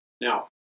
Now